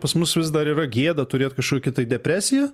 pas mus vis dar yra gėda turėt kažkokią tai depresiją